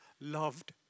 loved